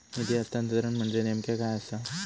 निधी हस्तांतरण म्हणजे नेमक्या काय आसा?